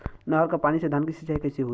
नहर क पानी से धान क सिंचाई कईसे होई?